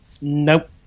Nope